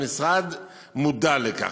המשרד מודע לכך,